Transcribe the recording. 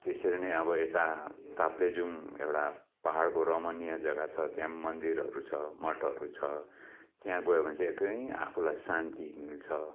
त्यसरी नै अब यता तापलेजुङ एउटा पहाडको रमणीय जग्गा छ त्यहाँ पनि मन्दिरहरू छ मठहरू छ त्यहाँ गयो भने चाहिँ एकदमै आफूलाई शान्ति मिल्छ